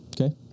Okay